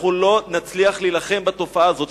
כך לא נצליח להילחם בתופעה הזאת,